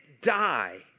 die